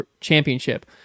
championship